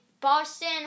Boston